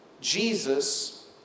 Jesus